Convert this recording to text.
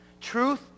Truth